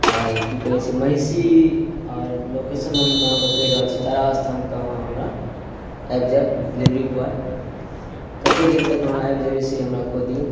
आओर की कहै छै महिषी आओर लोकेशन हम मतलब अहाँकेॅं कहि रहल छी तारा स्थान पर अहाँ हमरा आबि जायब डिलीवरी बॉय कतेक देर तक अहाँ आबि जेबैय से हमरा कऽ दिऔ